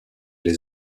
les